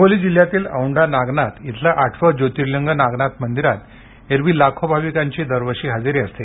हिंगोली जिल्ह्यातील औंढा नागनाथ येथील आठवे ज्योतिर्लिंग नागनाथ मंदिरात एरवी लाखो भाविकांची दरवर्षी हजेरी असते